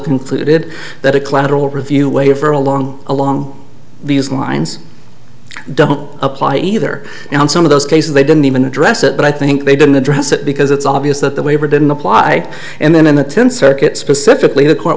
concluded that a collateral review waiver along along these lines don't apply either and some of those cases they didn't even address it but i think they didn't address it because it's obvious that the waiver didn't apply and then in the tenth circuit specifically the court